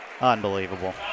Unbelievable